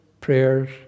prayers